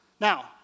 Now